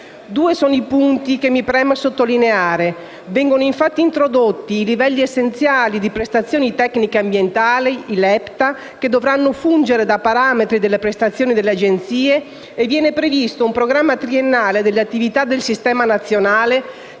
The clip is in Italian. Due sono i punti che mi preme sottolineare. Vengono introdotti i livelli essenziali di prestazioni tecniche ambientali (LEPTA), che dovranno fungere da parametri delle prestazioni delle Agenzie, e viene previsto un programma triennale delle attività del Sistema nazionale,